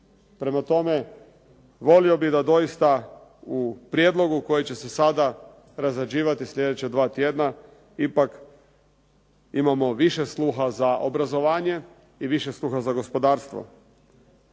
Prema tome, volio bih da doista u prijedlogu koji će se sada razrađivati slijedeća dva tjedna ipak imamo više sluha za obrazovanje i više sluha za gospodarstvo.